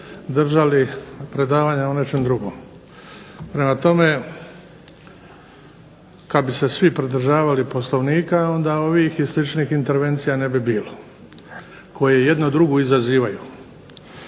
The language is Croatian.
držali predavanja o nečem drugom. Prema tome, kad bi se svi pridržavali Poslovnika onda ovih i sličnih intervencija ne bi bilo, koje jedna drugu izazivaju.